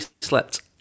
slept